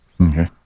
Okay